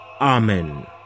Amen